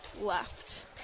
left